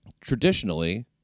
Traditionally